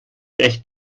echt